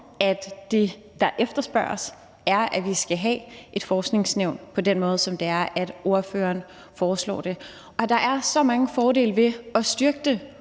at det, der efterspørges, er, at vi skal have et forskningsnævn på den måde, som ordføreren foreslår det – tværtimod. Der er så mange fordele ved at styrke det